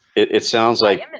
it it sounds like